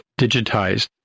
digitized